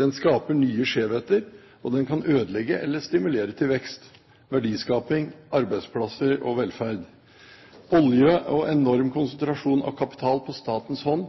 den skaper nye skjevheter, og den kan ødelegge eller stimulere til vekst, verdiskaping, arbeidsplasser og velferd. Olje og enorm konsentrasjon av kapital på statens hånd